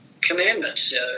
commandments